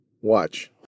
Watch